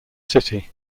city